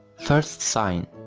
first sign.